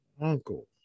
uncle